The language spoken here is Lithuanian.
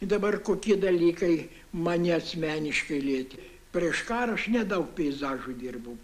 ir dabar kokie dalykai mane asmeniškai lietė prieš karą aš nedaug peizažų dirbau